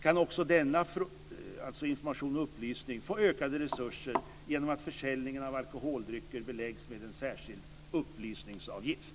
Kan också information och upplysning få ökade resurser genom att försäljning av alkoholdrycker beläggs med en särskild upplysningsavgift?